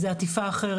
זו עטיפה אחרת.